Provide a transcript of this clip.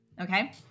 Okay